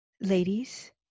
ladies